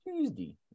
Tuesday